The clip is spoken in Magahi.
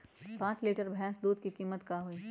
पाँच लीटर भेस दूध के कीमत का होई?